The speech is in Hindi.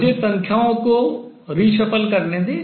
मुझे संख्याओं को reshuffle अदल बदल करने दें